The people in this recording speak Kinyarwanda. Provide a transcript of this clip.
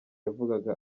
yavugaga